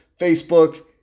Facebook